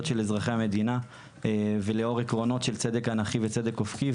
של אזרחי המדינה ולאור עקרונות של צדק אנכי וצדק אופקי,